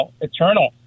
eternal